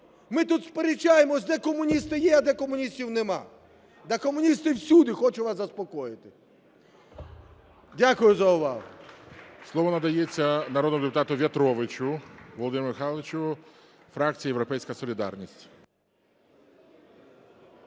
ми тут сперечаємося, де комуністи є, а де комуністів нема. Да комуністи всюди, хочу вас заспокоїти. Дякую за увагу. ГОЛОВУЮЧИЙ. Слово надається народному депутату В'ятровичу Володимиру Михайловичу, фракція "Європейська солідарність".